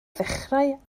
ddechrau